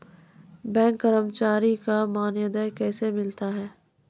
Bank कर्मचारी का मानदेय कैसे मिलता हैं?